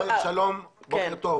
אדוני ראש העיר, שלום, בוקר טוב.